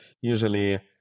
usually